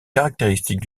caractéristique